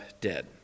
dead